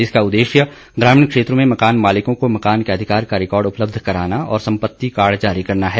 इसका उद्देश्य ग्रामीण क्षेत्रों में मकान मालिकों को मकान के अधिकार का रिकार्ड उपलब्ध कराना और संपत्ति कार्ड जारी करना है